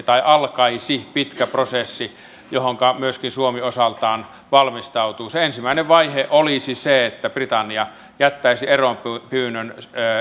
tai alkaisi sitten pitkä prosessi johonka myöskin suomi osaltaan valmistautuu ensimmäinen vaihe olisi se että britannia jättäisi eronpyynnön